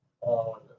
on